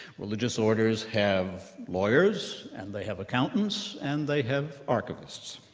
religious orders have lawyers and they have accountants and they have archivists.